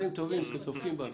להם את זה.